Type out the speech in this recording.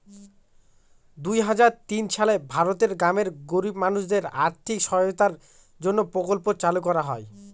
দুই হাজার তিন সালে ভারতের গ্রামের গরিব মানুষদের আর্থিক সহায়তার জন্য প্রকল্প চালু করা হয়